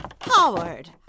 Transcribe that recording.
Howard